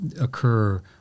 occur